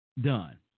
done